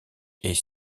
est